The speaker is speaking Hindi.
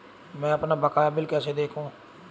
मैं अपना बकाया बिल कैसे देखूं?